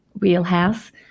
wheelhouse